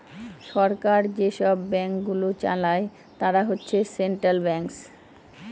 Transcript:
সরকার যেসব ব্যাঙ্কগুলো চালায় তারা হচ্ছে সেন্ট্রাল ব্যাঙ্কস